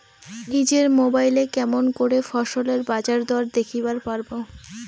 নিজের মোবাইলে কেমন করে ফসলের বাজারদর দেখিবার পারবো?